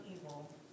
evil